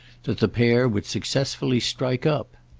that the pair would successfully strike up.